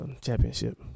championship